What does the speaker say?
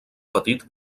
petit